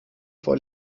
vor